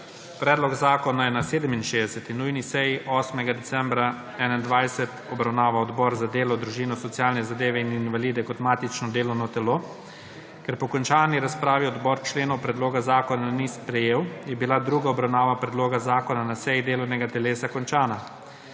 Predlog zakona je na 67. nujni seji 8. decembra 2021 obravnaval Odbor za delo, družino, socialne zadeve in invalide kot matično delovno telo. Ker po končani razpravi odbor členov predloga zakona ni sprejel, je bila druga obravnava predloga zakona na seji delovnega telesa končana.